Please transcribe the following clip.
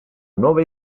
nuova